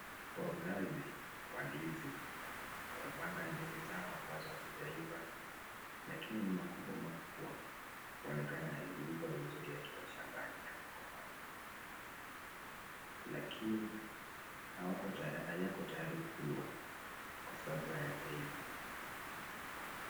Wauzaji wa ndizi wamepanga ndizi zao ambayo hayajaiva lakini ni makubwa makubwa kuonekana yaliiva vizuri yakiwa shambani yakakomaa ,lakini hayako tayari kulwa Kwa sababu hayajaiva.